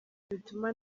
bituma